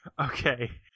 Okay